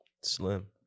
slim